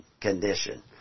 condition